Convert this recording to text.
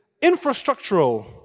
infrastructural